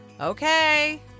Okay